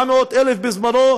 700,000 בזמנו,